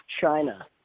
china